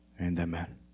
Amen